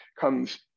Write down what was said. comes